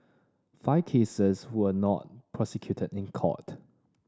five cases were not prosecuted in court